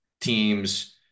teams